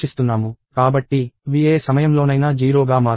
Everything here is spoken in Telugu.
కాబట్టి v ఏ సమయంలోనైనా 0 గా మారదు